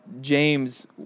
James